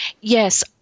Yes